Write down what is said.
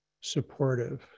supportive